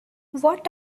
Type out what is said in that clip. what